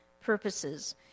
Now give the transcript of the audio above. purposes